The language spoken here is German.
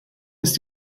ist